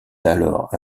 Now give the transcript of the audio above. alors